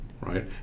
right